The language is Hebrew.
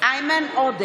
איימן עודה,